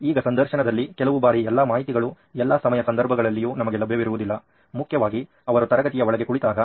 ಈಗ ಸಂದರ್ಶನದಲ್ಲಿ ಕೆಲವು ಬಾರಿ ಎಲ್ಲ ಮಾಹಿತಿಗಳು ಎಲ್ಲ ಸಮಯ ಸಂದರ್ಭದಲ್ಲಿಯೂ ನಮಗೆ ಲಭ್ಯವಿರುವುದಿಲ್ಲ ಮುಖ್ಯವಾಗಿ ಅವರು ತರಗತಿಯ ಒಳಗೆ ಕುಳಿತಾಗ